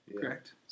correct